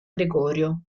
gregorio